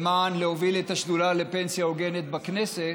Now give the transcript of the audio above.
להוביל את השדולה לפנסיה הוגנת בכנסת.